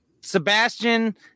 Sebastian